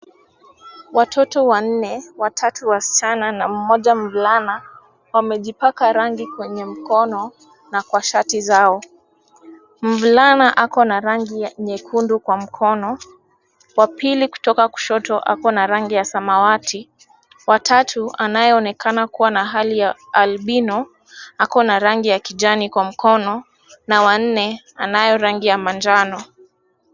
Watoto wanne, watatu wasichana na mmoja mvulana wamejipaka rangi kwenye mkono na kwa shati zao. Mvulana ako na rangi nyekundu kwa mkono, wa pili kutoka kushoto ako na rangi ya samawati, watatu anayeonekana kuwa na hali ya albino ako na rangi ya kijani kwa mkono na wa nne anayo rangi ya manjano.